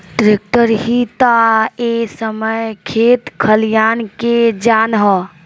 tractor ही ता ए समय खेत खलियान के जान ह